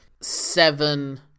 seven